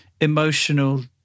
emotional